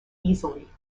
easily